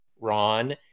Ron